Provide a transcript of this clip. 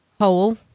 hole